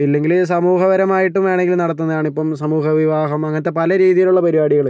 ഇല്ലെങ്കിൽ സമൂഹപരമായിട്ട് വേണമെങ്കിൽ നടത്തുന്നതാണ് ഇപ്പം സമൂഹ വിവാഹം അങ്ങനത്തെ പല രീതിയിലുള്ള പരുപാടികൾ